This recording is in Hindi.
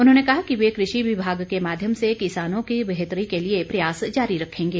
उन्होंने कहा कि वे कृषि विभाग के माध्यम से किसानों की बेहतरी के लिए प्रयास जारी रखेंगे